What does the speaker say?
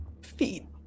feet